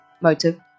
motive